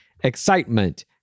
excitement